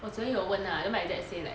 我昨天有问啦 then my dad say like